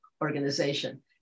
organization